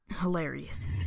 hilarious